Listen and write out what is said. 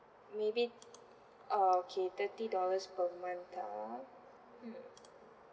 maybe okay thirty dollars per month ah